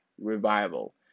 revival